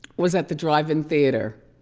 was at the drive-in theater.